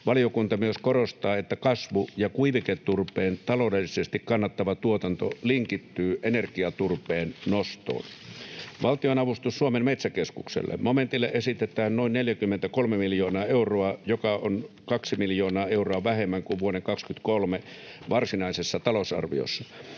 Valiokunta myös korostaa, että kasvu‑ ja kuiviketurpeen taloudellisesti kannattava tuotanto linkittyy energiaturpeen nostoon. Valtionavustus Suomen metsäkeskukselle: Momentille esitetään noin 43 miljoonaa euroa, joka on kaksi miljoonaa euroa vähemmän kuin vuoden 23 varsinaisessa talousarviossa.